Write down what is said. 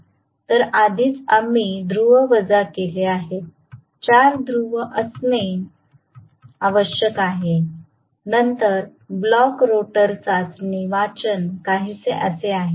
तर आधीच आम्ही ध्रुव वजा केले आहेत 4 ध्रुव असणे आवश्यक आहे नंतर ब्लॉक रोटर चाचणी वाचन काहीसे असे आहे